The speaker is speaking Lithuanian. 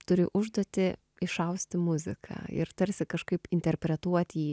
turi užduotį išausti muziką ir tarsi kažkaip interpretuot jį